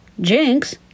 Jinx